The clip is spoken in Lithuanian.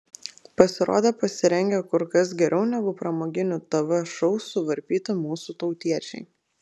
pasirodė pasirengę kur kas geriau negu pramoginių tv šou suvarpyti mūsų tautiečiai